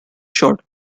short